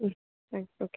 thanks okay